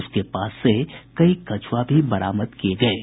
उसके पास से कई कछुआ भी बरामद किये गये हैं